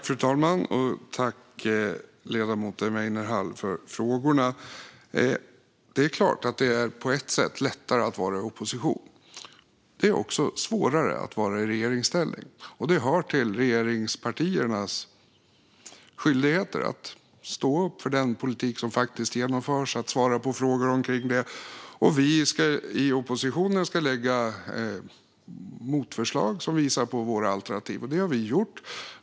Fru talman! Jag tackar ledamoten Weinerhall för frågorna. Det är klart att det på ett sätt är lättare att vara i opposition. Det är också svårare att vara i regeringsställning. Det hör till regeringspartiernas skyldigheter att stå för den politik som faktiskt genomförs och att svara på frågor omkring den. Vi i oppositionen ska lägga fram motförslag som visar på våra alternativ, och det har vi gjort.